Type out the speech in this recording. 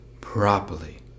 properly